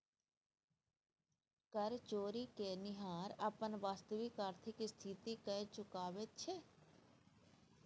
कर चोरि केनिहार अपन वास्तविक आर्थिक स्थिति कए नुकाबैत छै